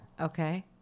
okay